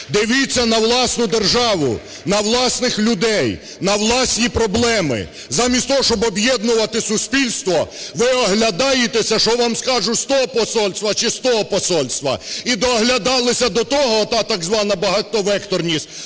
Дивіться на власну державу, на власних людей, на власні проблеми. Замість того, щоб об'єднувати суспільство ви оглядаєтеся, що вам скажуть з того посольства, чи з того посольства. І дооглядалися до того, ота так звана багатовекторність,